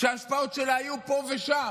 שההשפעות שלה יהיו פה ושם,